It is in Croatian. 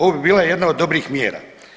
Ovo bi bila jedna od dobrih mjera.